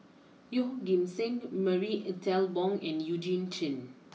Yeoh Ghim Seng Marie Ethel Bong and Eugene Chen